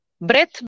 Breath